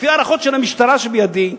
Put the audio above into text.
לפי הערכות של המשטרה שבידי,